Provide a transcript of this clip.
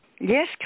Yes